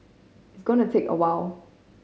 it's going take a while